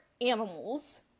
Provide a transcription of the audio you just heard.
animals